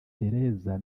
theresa